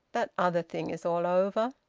that other thing is all over!